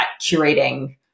curating